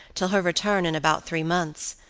till her return in about three months,